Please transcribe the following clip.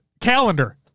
calendar